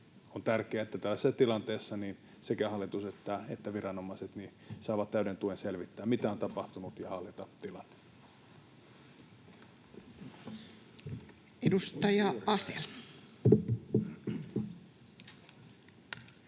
On tärkeää, että tällaisessa tilanteessa sekä hallitus että viranomaiset saavat täyden tuen selvittää, mitä on tapahtunut, ja hallita tilanne. [Speech